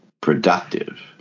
productive